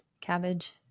Cabbage